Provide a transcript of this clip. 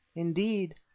indeed,